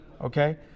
okay